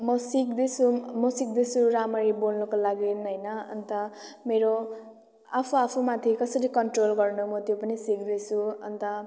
म सिक्दैछु म सिक्दैछु राम्ररी बोल्नुको लागि होइन अन्त मेरो आफू आफू माथि कसरी कन्ट्रोल गर्नु म त्यो पनि सिक्दैछु अन्त